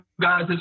guys